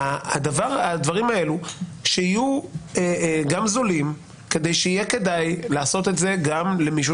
הדברים האלו שיהיו גם זולים כדי שיהיה כדאי לעשות את זה גם למישהו